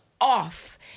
off